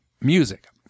music